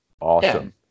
Awesome